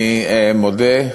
אני מודה,